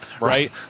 right